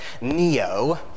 Neo